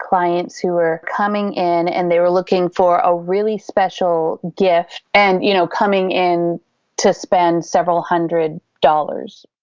clients who were coming in and they were looking for a really special gift and you know coming in to spend several hundred dollars.